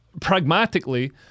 pragmatically